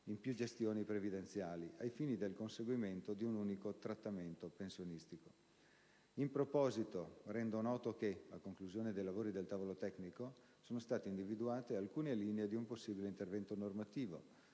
in più gestioni previdenziali ai fini del conseguimento di un unico trattamento pensionistico. In proposito, rendo noto che, a conclusione dei lavori del tavolo tecnico, sono state individuate alcune linee di un possibile intervento normativo,